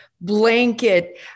blanket